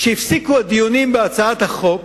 שהפסיקו את הדיונים בהצעת החוק,